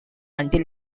until